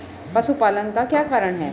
पशुपालन का क्या कारण है?